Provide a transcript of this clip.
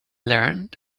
learned